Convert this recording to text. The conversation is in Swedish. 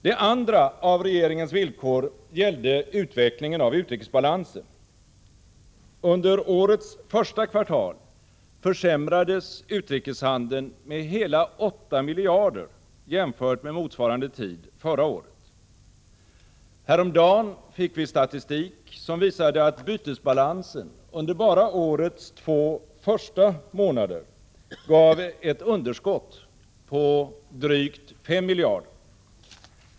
Det andra av regeringens villkor gällde utvecklingen av utrikesbalansen. Under årets första kvartal försämrades utrikeshandeln med hela 8 miljarder jämfört med motsvarande tid förra året. Häromdagen fick vi statistik som visade att bytesbalansen bara under årets första två månader gav ett underskott på drygt 5 miljarder.